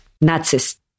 Nazis